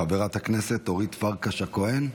חברת הכנסת אורית פרקש הכהן,